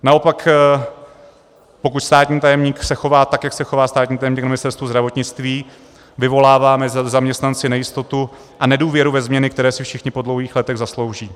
Naopak pokud se státní tajemník chová tak, jak se chová státní tajemník na Ministerstvu zdravotnictví, vyvolává to mezi zaměstnanci nejistotu a nedůvěru ve změny, které si všichni po dlouhých letech zaslouží.